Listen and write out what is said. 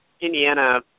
Indiana